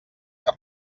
que